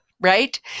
right